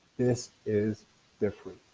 this is different.